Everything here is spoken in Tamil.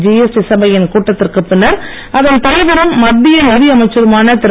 ஜிஎஸ்டி சபையின் கூட்டத்திற்கு பின்னர் அதன் தலைவரும் மத்திய நிதியமைச்சருமான திரு